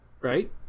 right